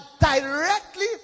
directly